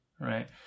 right